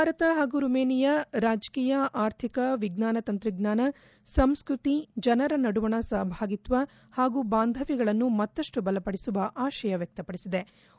ಭಾರತ ಹಾಗೂ ರೊಮಾನಿಯ ರಾಜಕೀಯ ಅರ್ಥಿಕ ವಿಜ್ಞಾನ ತಂತ್ರಜ್ಞಾನ ಸಂಸ್ಕತಿ ಜನರ ನಡುವಣ ಸಹಭಾಗಿತ್ವ ಹಾಗೂ ಬಾಂಧವ್ಯಗಳನ್ನು ಮತ್ತಷ್ಟು ಬಲಪಡಿಸುವ ಆಶಯ ವ್ಯಕ್ತಪಡಿಸಿವೆ